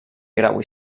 grau